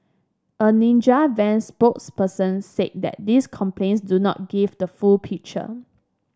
a Ninja Van spokesperson say that these complaints do not give the full picture